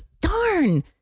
darn